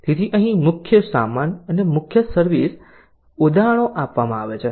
તેથી અહીં મુખ્ય સામાન અને મુખ્ય સર્વિસ ઉદાહરણો આપવામાં આવે છે